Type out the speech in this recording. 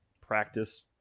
practice